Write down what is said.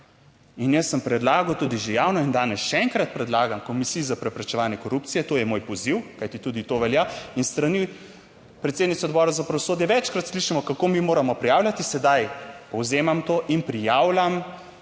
In jaz sem predlagal tudi že javno in danes še enkrat predlagam Komisiji za preprečevanje korupcije, to je moj poziv, kajti tudi to velja in s strani predsednice Odbora za pravosodje večkrat slišimo, kako mi moramo prijavljati, sedaj povzemam to in prijavljam